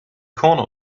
corner